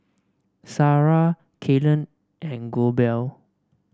Sarrah Kaylen and Goebel